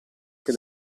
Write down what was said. che